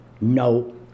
No